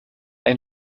ein